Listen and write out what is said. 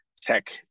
tech